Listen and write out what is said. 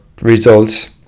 results